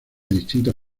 distintos